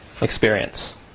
experience